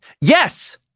Yes